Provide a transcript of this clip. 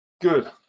good